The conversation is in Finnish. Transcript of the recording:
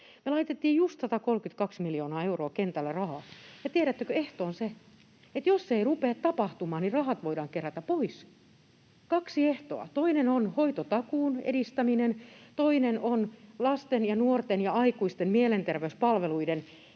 laitettiin just 132 miljoonaa euroa kentälle rahaa, ja tiedättekö, että ehto on se, että jos ei rupea tapahtumaan, niin rahat voidaan kerätä pois. Kaksi ehtoa: toinen on hoitotakuun edistäminen, toinen on lasten ja nuorten ja aikuisten mielenterveyspalveluiden saatavuuden